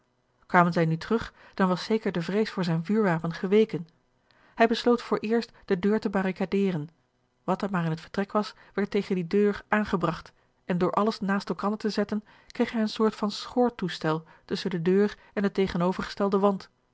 zij nu terug dan was zeker de vrees voor zijn vuurwapen geweken hij besloot vooreerst de deur te barricaderen wat er maar in het vertrek was werd tegen die deur aangebragt en door alles naast elkander te zetten kreeg hij eene soort van schoortoestel tusschen de deur en den tegenovergestelden wand